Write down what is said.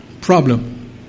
problem